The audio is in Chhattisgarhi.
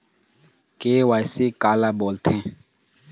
के.वाई.सी काला बोलथें?